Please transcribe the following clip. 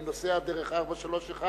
אני נוסע דרך 431,